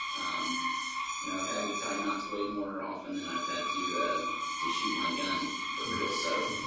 um you know have had to tie knots way more often than i have had to ah to shoot my gun for real so